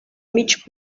mig